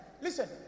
Listen